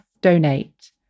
Donate